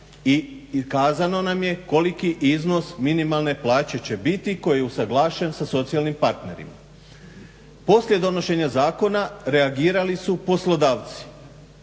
i kazano nam je koliki iznos minimalne plaće će biti koji je usuglašen sa socijalnim partnerima. Poslije donošenja zakona reagirali su poslodavci,